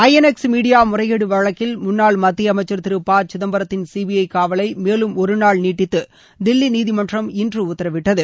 INX media முறைகேடு வழக்கில் முன்னாள் மத்திய அமைச்சர் திரு ப சிதம்பரத்தின் சிபிஐ காவலை மேலும் ஒருநாள் நீட்டித்து தில்லி நீதிமன்றம் இன்று உத்தரவிட்டது